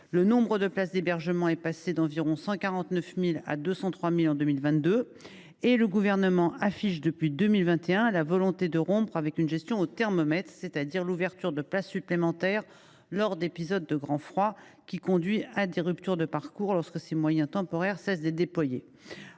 le nombre de places d’hébergement est ainsi passé d’environ 149 000 à 203 000 en 2022. En outre, le Gouvernement affiche depuis 2021 la volonté de rompre avec une gestion « au thermomètre », c’est à dire avec l’ouverture de places supplémentaires lors d’épisodes de grand froid, qui conduit à des ruptures de parcours lorsque ces moyens temporaires cessent d’être déployés.